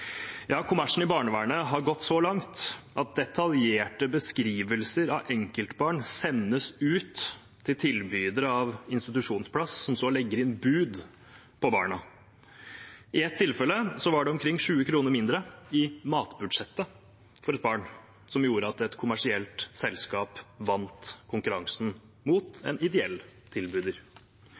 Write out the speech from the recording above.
Ja, kommersen i barnevernet har gått så langt at detaljerte beskrivelser av enkeltbarn sendes ut til tilbydere av institusjonsplasser, som så legger inn bud på barna. I et tilfelle var det omkring 20 kr mindre i matbudsjettet for et barn som gjorde at et kommersielt selskap vant konkurransen mot en ideell